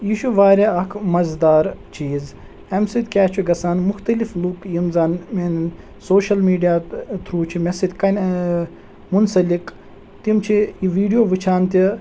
یہِ چھُ واریاہ اَکھ مَزٕدار چیٖز اَمہِ سۭتۍ کیاہ چھُ گَژھان مختلف لوٗکھ یِم زَن میٛانیٚن سوٗشل میٖڈیا تھرٛوٗ چھِ مےٚ سۭتۍ کَنہِ ٲں منسلک تِم چھِ یہِ ویٖڈیو وُچھان تہِ